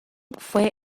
fue